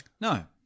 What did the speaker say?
No